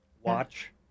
watch